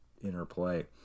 interplay